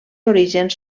orígens